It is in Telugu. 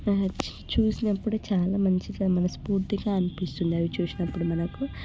అవి చూసినప్పుడే చాలా మంచిగా మనస్ఫూర్తిగా అనిపిస్తుంది అవి చూసినప్పుడు మనకు